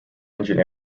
engine